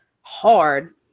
hard